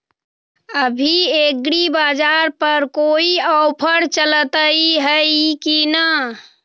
अभी एग्रीबाजार पर कोई ऑफर चलतई हई की न?